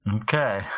Okay